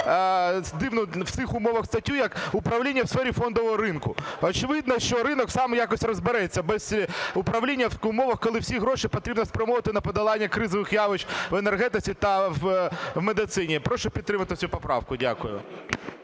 дивну в цих умовах статтю, як управління в сфері фондового ринку. Очевидно, що ринок сам якось розбереться без управління в умовах, коли всі гроші потрібно спрямовувати на подолання кризових явищ в енергетиці та в медицині. Прошу підтримати цю поправку. Дякую.